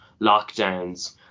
lockdowns